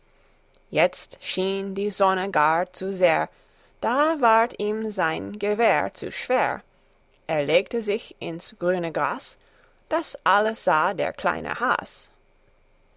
jetzt schien die sonne gar zu sehr da ward ihm sein gewehr zu schwer er legte sich ins grüne gras das alles sah der kleine